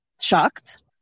shocked